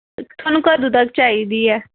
थुआनूं कदूं तक चाहिदी ऐ